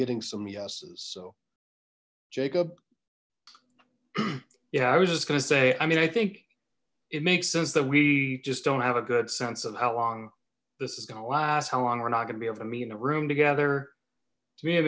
getting some yeses so jacob yeah i was just gonna say i mean i think it makes sense that we just don't have a good sense of how long this is gonna last how long we're not gonna be able to meet in a room together